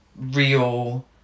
real